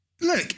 Look